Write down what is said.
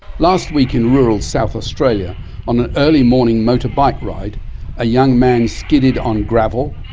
last week in rural south australia on an early morning motor bike ride a young man skidded on gravel,